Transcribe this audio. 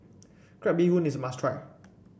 Crab Bee Hoon is a must try